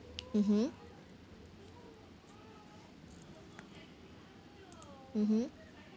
mmhmm mmhmm